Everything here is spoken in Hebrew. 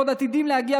ועוד עתידים להגיע,